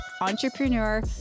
entrepreneur